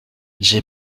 j’ai